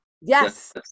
Yes